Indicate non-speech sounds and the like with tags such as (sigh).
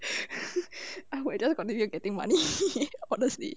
(laughs) I will just continue getting money (laughs) honestly